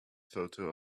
photo